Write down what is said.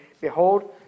Behold